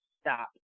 stop